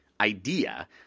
idea